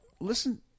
listen